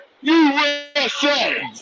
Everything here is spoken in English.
USA